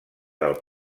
del